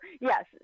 yes